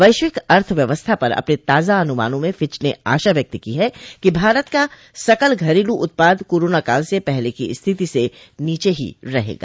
वैश्विक अर्थव्यवस्था पर अपने ताजा अनुमानों में फिच ने आशा व्यक्त की है कि भारत का सकल घरेलू उत्पाद कोरोना काल से पहले की स्थिति से नीचे ही रहेगा